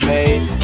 Made